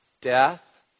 death